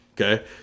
Okay